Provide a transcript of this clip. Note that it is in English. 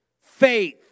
faith